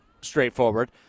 straightforward